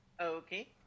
Okay